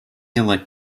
elect